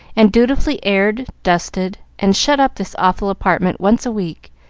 and dutifully aired, dusted, and shut up this awful apartment once a week,